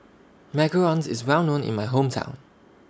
Macarons IS Well known in My Hometown